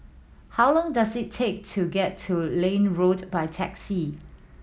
how long does it take to get to Liane Road by taxi